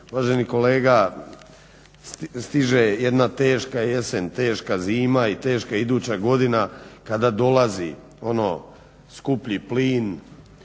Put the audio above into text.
Uvaženi kolega stiže jedna teška jesen, teška zima i teška iduća godina kada dolazi skuplji plin,